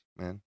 man